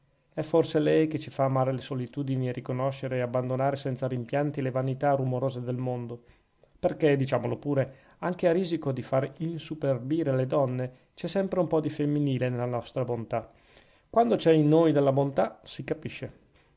è forse lei che ci fa amare le solitudini e riconoscere e abbandonare senza rimpianti le vanità rumorose del mondo perchè diciamolo pure anche a risico di far insuperbire le donne c'è sempre un po di femminile nella nostra bontà quando c'è in noi della bontà si capisce